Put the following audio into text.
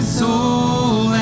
soul